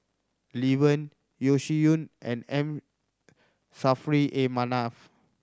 Lee Wen Yeo Shih Yun and M Saffri A Manaf